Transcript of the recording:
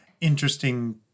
interesting